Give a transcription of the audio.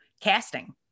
casting